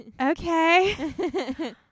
okay